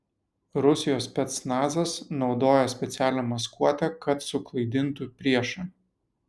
rusijos specnazas naudoja specialią maskuotę kad suklaidintų priešą